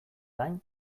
gain